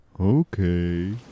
Okay